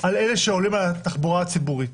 על אלה שעולים על התחבורה הציבורית.